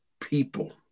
people